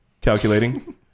Calculating